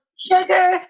Sugar